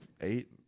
eight